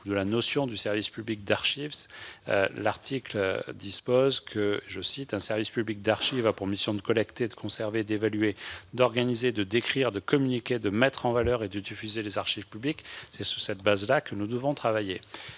de la notion de service public d'archives, le décret prévoit qu'un « service public d'archives a pour missions de collecter, de conserver, d'évaluer, d'organiser, de décrire, de communiquer, de mettre en valeur et de diffuser des archives publiques ». C'est sur cette base que nous devons travailler.